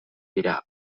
dira